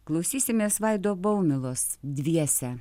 klausysimės vaido baumilos dviese